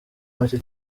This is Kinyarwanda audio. make